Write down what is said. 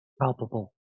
palpable